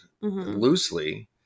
loosely